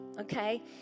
okay